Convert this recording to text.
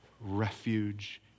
refuge